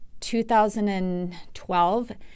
2012